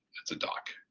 it's a duck.